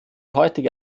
heutige